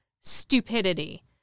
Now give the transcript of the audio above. stupidity